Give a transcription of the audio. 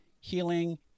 healing